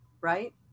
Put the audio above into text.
right